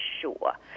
sure